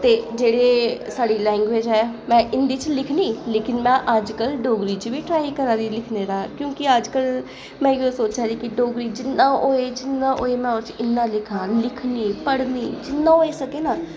ते जेह्ड़ी साढ़ी लैंग्वेज ऐ में हिंदी च लिखनी लेकिन में अजकल डोगरी च बी ट्राई करै दी लिखने दा क्योंकि अजकल में इ'यो सोचा नी कि डोगरी च जिन्ना होऐ जिन्ना होऐ में ओह्दे च उन्ना लिखां लिखनी पढ़नी जिन्ना होई सकै ना